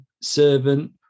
Servant